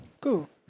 Cool